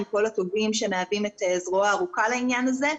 עם כל הכובעים שמהווים את זרועו הארוכה לעניין הזה,